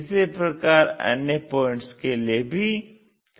इसी प्रकार अन्य पॉइंट्स के लिए भी करते हैं